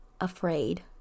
afraid